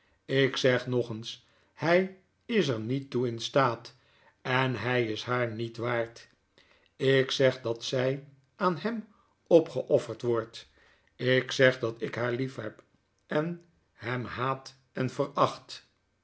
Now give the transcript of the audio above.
ik zeg nog eens hy is er niet toe in staat en hi is haar niet waard ik zeg dat zy aanhemopgeofferd wordt ik zeg dat ik haar liefheb en hem haat en verachtl